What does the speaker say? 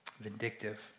vindictive